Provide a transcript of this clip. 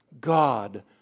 God